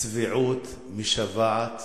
צביעות משוועת